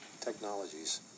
technologies